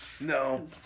No